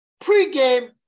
Pre-game